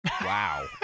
Wow